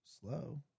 slow